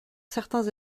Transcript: certains